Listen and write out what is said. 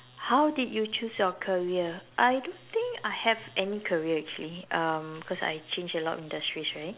how did you choose your career I don't think I have any career actually um because I change a lot of industries right